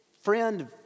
friend